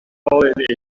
ballad